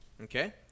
Okay